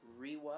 rewatch